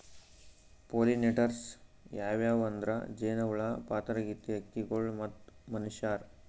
pollinators ಯಾವ್ಯಾವ್ ಅಂದ್ರ ಜೇನಹುಳ, ಪಾತರಗಿತ್ತಿ, ಹಕ್ಕಿಗೊಳ್ ಮತ್ತ್ ಮನಶ್ಯಾರ್